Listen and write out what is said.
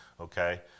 okay